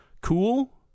cool